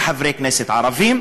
כחברי כנסת ערבים,